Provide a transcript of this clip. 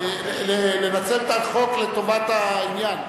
לנצל את החוק לטובת העניין.